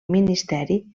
ministeri